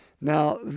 Now